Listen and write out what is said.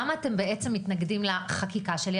אז למה אתם בעצם מתנגדים לחקיקה שלי?